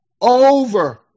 over